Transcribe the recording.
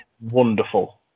wonderful